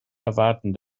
erwarten